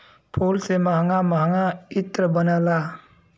फूल से महंगा महंगा इत्र बनला